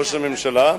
ראש הממשלה,